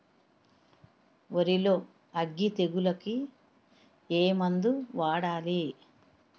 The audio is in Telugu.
వరిలో అగ్గి తెగులకి ఏ మందు వాడాలి?